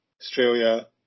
Australia